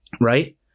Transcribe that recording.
right